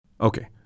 Okay